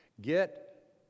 get